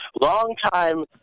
longtime